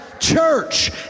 Church